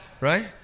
Right